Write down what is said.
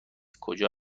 کجا